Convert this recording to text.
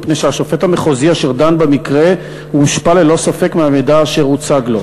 מפני שהשופט המחוזי אשר דן במקרה הושפע ללא ספק מהמידע אשר הוצג לו.